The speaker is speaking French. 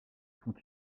font